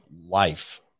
life